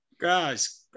Guys